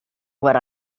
what